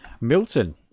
Milton